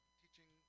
teaching